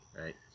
Right